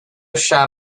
shot